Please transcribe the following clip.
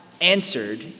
answered